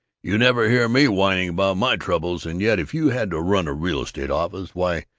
you never hear me whining about my troubles, and yet if you had to run a real-estate office why,